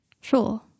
Sure